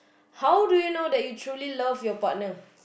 how do you know that you truly love your partner